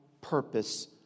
purpose